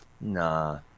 Nah